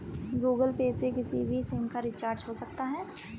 Google Pay से किसी भी सिम का रिचार्ज हो सकता है